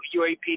UAP